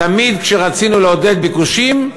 תמיד כשרצינו לעודד ביקושים,